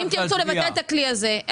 אם תרצו לבטל את הכלי הזה.